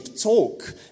talk